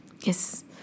Yes